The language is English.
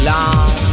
Long